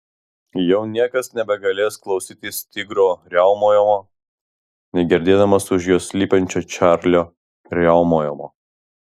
jau niekas nebegalės klausytis tigro riaumojimo negirdėdamas už jo slypinčio čarlio riaumojimo